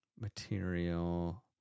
material